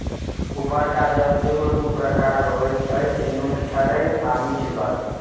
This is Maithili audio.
उपरका जल सेहो दू प्रकारक होइत अछि, नुनछड़ैन आ मीठगर